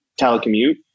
telecommute